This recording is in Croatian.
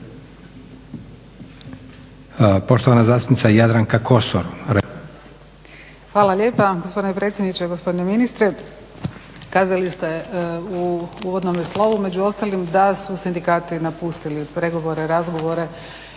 Poštovana zastupnica Jadranka Kosor,